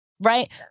right